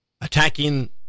attacking